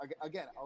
Again